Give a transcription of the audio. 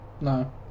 No